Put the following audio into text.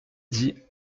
dit